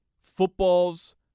footballs